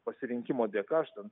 pasirinkimo dėka aš ten